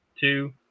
two